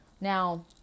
Now